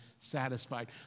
satisfied